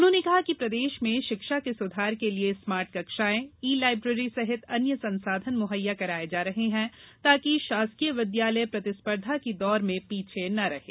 उन्होंने कहा कि प्रदेश में शिक्षा के सुधार के लिये स्मार्ट कक्षाएँ ई लायब्रेरी सहित अन्य संसाधन मुहैया कराये जा रहे हैं ताकि शासकीय विद्यालय प्रतिस्पर्धा के दौर में पीछे न रहें